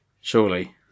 surely